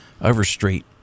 Overstreet